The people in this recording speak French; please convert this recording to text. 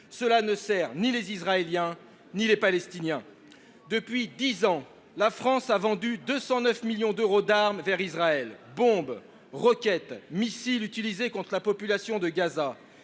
Cela ne sert ni les Israéliens ni les Palestiniens. Depuis dix ans, la France a vendu pour 209 millions d’euros d’armes à Israël – des bombes, des roquettes et des missiles utilisés contre la population de Gaza.